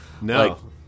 No